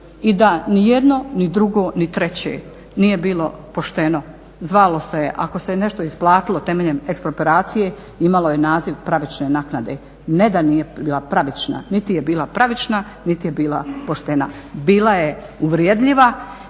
i da ni jedno, ni drugo, ni treće nije bilo pošteno. Zvalo se je ako se je nešto isplatilo temeljem eksproprijacije imalo je naziv pravične naknade, ne da nije bila pravična, niti je bila pravična niti je bila poštena, bila je uvredljiva